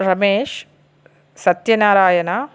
Ramesh Satyanarayana